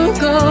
go